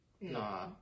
Nah